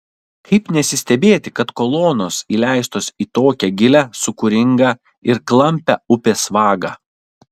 kaip nesistebėti kad kolonos įleistos į tokią gilią sūkuringą ir klampią upės vagą